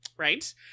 Right